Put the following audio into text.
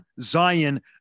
Zion